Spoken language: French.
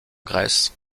grèce